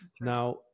Now